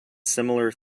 similar